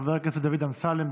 חבר הכנסת דוד אמסלם.